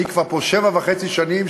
אני פה כבר שבע וחצי שנים,